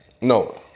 No